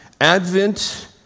Advent